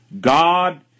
God